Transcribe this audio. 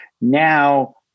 Now